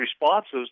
responses